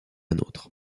nôtre